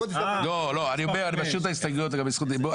אני משאיר את ההסתייגויות לגבי זכות דיבור,